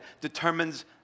determines